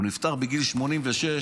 הוא נפטר בגיל 86,